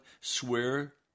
swear